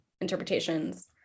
interpretations